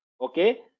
Okay